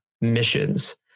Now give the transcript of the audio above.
missions